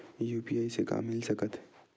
UPI से का मिल सकत हे?